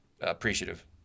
appreciative